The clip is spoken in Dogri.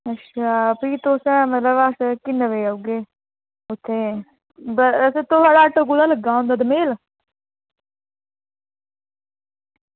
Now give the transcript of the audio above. अच्छा भी तुस अस मतलब किन्ने बजे औगे ते थुआढ़ा ऑटो कुत्थें लग्गे दा होंदा दोमेल